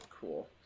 Cool